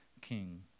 king